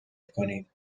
کنید